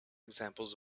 examples